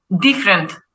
different